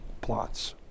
plots